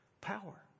Power